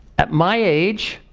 at my age,